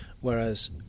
Whereas